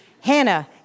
Hannah